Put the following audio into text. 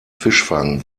fischfang